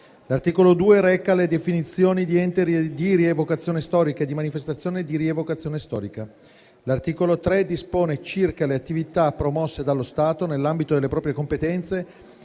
L'articolo 2 reca le definizioni di ente di rievocazione storica e di manifestazioni di rievocazione storica. L'articolo 3 dispone circa le attività promosse dallo Stato nell'ambito delle proprie competenze,